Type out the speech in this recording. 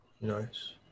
Nice